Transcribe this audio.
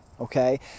okay